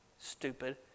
stupid